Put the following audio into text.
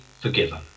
forgiven